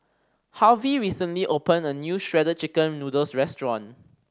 Harvy recently opened a new Shredded Chicken Noodles restaurant